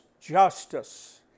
justice